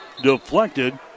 deflected